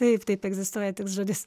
taip taip egzistuoja toks žodis